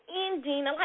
ending